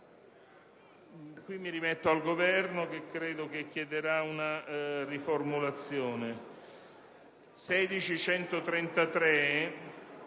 mi rimetto al Governo, che credo chiederà una riformulazione.